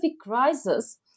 crisis